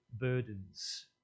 burdens